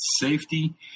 safety